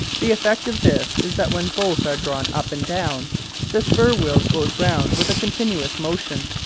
the effect of this is that when both are drawn up and down the spur-wheel goes round with a continuous motion,